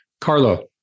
Carlo